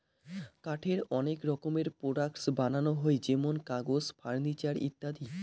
কাঠের অনেক রকমের প্রোডাক্টস বানানো হই যেমন কাগজ, ফার্নিচার ইত্যাদি